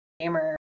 gamer